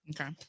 Okay